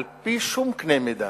על-פי שום קנה מידה,